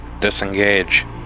disengage